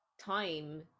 time